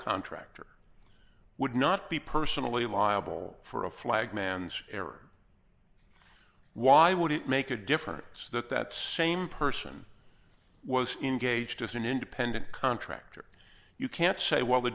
contractor would not be personally liable for a flag man's error why would it make a difference that that same person was engaged as an independent contractor you can't say well the